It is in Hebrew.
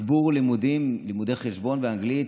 תגבור לימודים, לימודי חשבון ואנגלית.